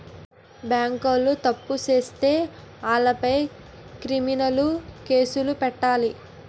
బేంకోలు తప్పు సేత్తే ఆలపై క్రిమినలు కేసులు పెట్టాలి